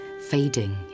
fading